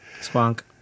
Spunk